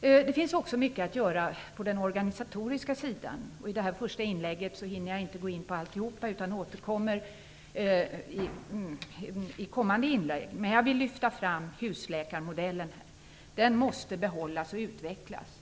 Det finns också mycket att göra på den organisatoriska sidan. I det här första inlägget hinner jag inte gå in på allt, utan jag återkommer i senare inlägg. Men jag vill här lyfta fram husläkarmodellen. Den måste behållas och utvecklas.